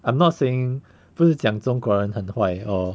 I'm not saying 不是讲中国人很坏 or